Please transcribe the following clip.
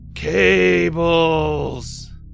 Cables